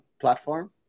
platform